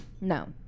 No